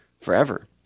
forever